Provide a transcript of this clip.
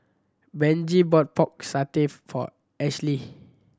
Benji bought Pork Satay for Ashlea